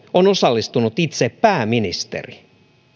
on osallistunut itse pääministeri